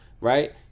right